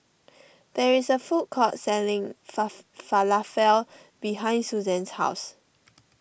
there is a food court selling fa Falafel behind Suzanne's house